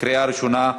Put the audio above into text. קריאה ראשונה.